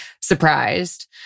surprised